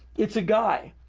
it's a guy,